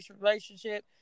relationship